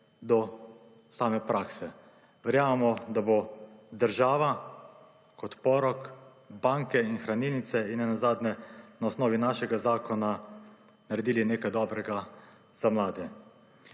do same prakse. Verjamemo, da bo država kot porok, banke in hranilnice in nenazadnje na osnovi našega zakona, naredili nekaj dobrega za mlade.